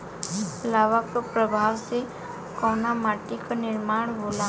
लावा क प्रवाह से कउना माटी क निर्माण होला?